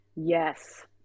Yes